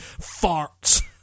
farts